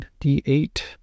...d8